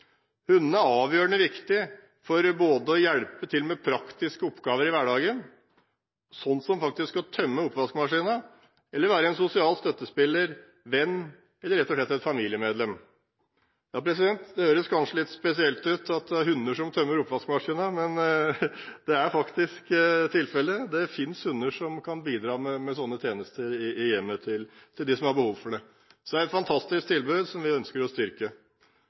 er avgjørende viktig for både å hjelpe til med praktiske oppgaver i hverdagen, sånn som faktisk å tømme oppvaskmaskinen, og å være en sosial støttespiller, venn eller rett og slett et familiemedlem. Det høres kanskje litt spesielt ut med hunder som tømmer oppvaskmaskinen, men det er faktisk tilfelle. Det finnes hunder som kan bidra med sånne tjenester i hjemmet til dem som har behov for det. Det er et fantastisk tilbud, som vi ønsker å styrke.